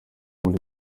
muri